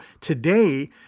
today